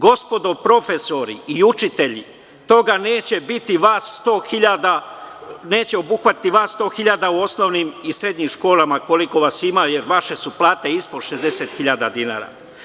Gospodo profesori i učitelji, toga neće biti, neće obuhvatiti vas 100 hiljada u osnovnim i srednjim školama, koliko vas ima, jer vaše su plate ispod 60 hiljada dinara.